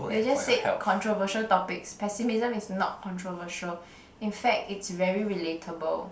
we will just said controversial topics pessimism is not controversial in fact it's very relatable